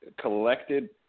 collected